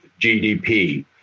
GDP